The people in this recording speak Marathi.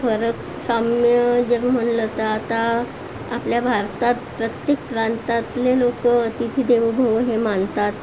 फरक साम्य जर म्हणलं तर आता आपल्या भारतात प्रत्येक प्रांतातले लोक अतिथी देवो भव हे मानतात